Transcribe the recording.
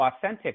authentic